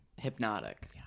hypnotic